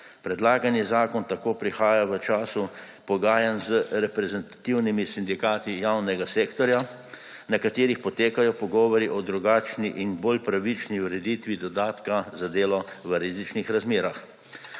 Predlagani zakon tako prihaja v času pogajanj z reprezentativnimi sindikati javnega sektorja, na katerih potekajo pogovori o drugačni in bolj pravični ureditvi dodatka za delo v rizičnih razmerah.